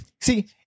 see